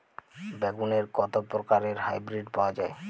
বেগুনের কত প্রকারের হাইব্রীড পাওয়া যায়?